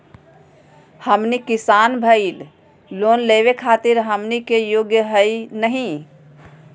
हमनी किसान भईल, लोन लेवे खातीर हमनी के योग्य हई नहीं?